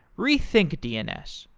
rethink dns,